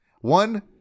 One